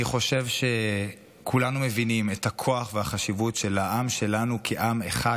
אני חושב שכולנו מבינים את הכוח והחשיבות של העם שלנו כעם אחד